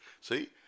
See